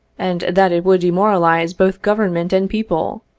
and that it would demoralize both government and people,